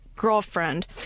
Girlfriend